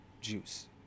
juice